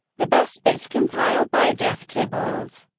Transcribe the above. the best bits, compiled by geoff tibballs,